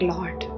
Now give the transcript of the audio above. Lord